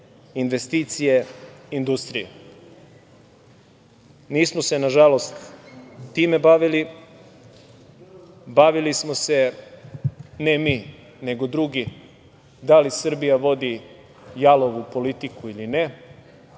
investicije, industrije. Nismo se na žalost, time bavili, bavili smo se, ne mi, nego drugi, da li Srbija vodi jalovu politiku ili ne,